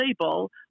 label